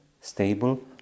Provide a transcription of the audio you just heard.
stable